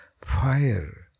fire